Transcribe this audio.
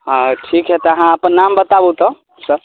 हँ ठीक हय तऽ आहाँ अपन नाम बताबु तऽ सर